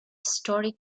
historic